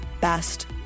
best